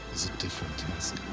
different task.